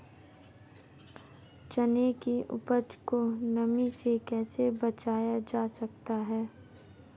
चने की उपज को नमी से कैसे बचाया जा सकता है?